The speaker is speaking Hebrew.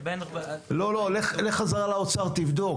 לך חזרה לאוצר, תבדוק.